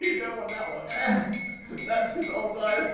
you don't want that one that's his old eye as